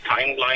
timeline